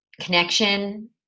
connection